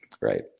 right